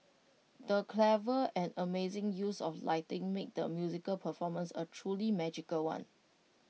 the clever and amazing use of lighting made the musical performance A truly magical one